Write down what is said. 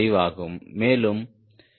5 ஆகும் மேலும் இது 0